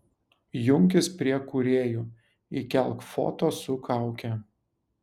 junkis prie kūrėjų įkelk foto su kauke